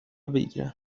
بگیرم